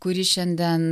kuri šiandien